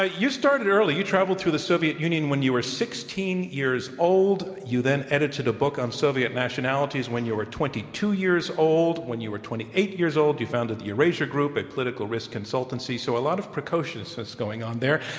ah you started early. you traveled to the soviet union when you were sixteen years old. you then edited a book on soviet nationalities when you were twenty two years old. when you were twenty eight years old, you founded the eurasia group, a political risk consultancy. so, a lot of precociousness going on there.